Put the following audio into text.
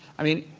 i mean,